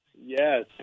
Yes